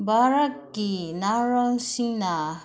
ꯚꯥꯔꯠꯀꯤ ꯅꯍꯥꯔꯣꯜꯁꯤꯡꯅ